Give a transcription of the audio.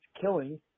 killing